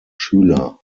schüler